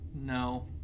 no